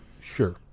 Sure